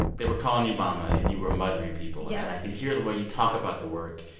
they were calling you mama, and you were mothering people yeah and i can hear the way you talk about the work.